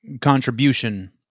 contribution